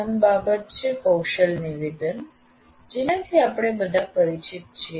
પ્રથમ બાબત છે કૌશલ નિવેદન જેનાથી આપણે બધા પરિચિત છીએ